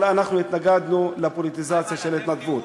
אבל אנחנו התנגדנו לפוליטיזציה של ההתנדבות.